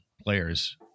players